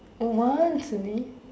oh once only